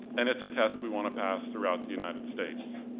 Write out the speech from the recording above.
and it's a test we wanna pass throughout the united states.